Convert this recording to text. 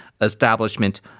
establishment